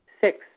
Six